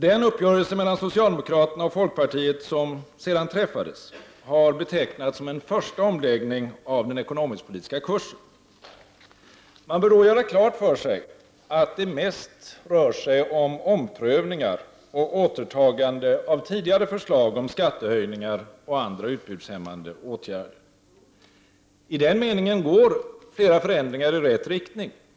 Den uppgörelse mellan socialdemokraterna och folkpartiet som sedan träffades har betecknats som en första omläggning av den ekonomiskpolitiska kursen. Man bör dock göra klart för sig att det mest rör sig om omprövningar och återtagande av tidigare förslag om skattehöjningar och andra utbudshämmande åtgärder.I den meningen går flera förändringar i rätt riktning.